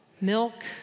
Milk